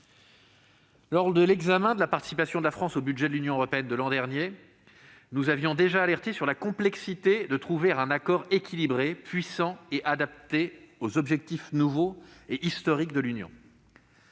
Lors de l'examen de la participation de la France au budget de l'Union européenne de l'an dernier, nous avions déjà alerté sur la complexité de trouver un accord équilibré, puissant et adapté aux objectifs nouveaux et historiques de l'Union